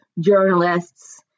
journalists